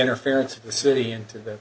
interference of the city into the